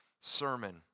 sermon